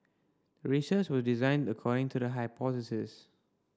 research was designed according to the hypothesis